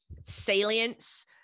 Salience